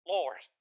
Lord